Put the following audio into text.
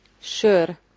Sure